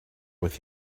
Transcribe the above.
with